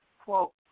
quote